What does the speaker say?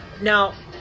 now